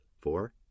Four